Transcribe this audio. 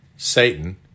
Satan